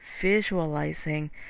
visualizing